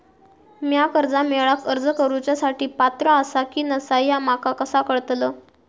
म्या कर्जा मेळाक अर्ज करुच्या साठी पात्र आसा की नसा ह्या माका कसा कळतल?